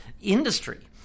industry